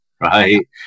Right